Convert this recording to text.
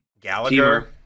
Gallagher